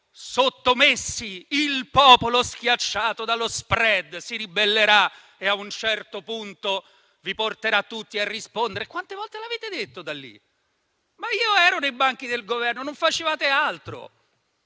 sottomessi, il popolo schiacciato dallo *spread* si ribellerà e a un certo punto vi porterà tutti a rispondere. Quante volte lo avete detto da lì? Io ero nei banchi del Governo e non facevate altro.